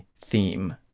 theme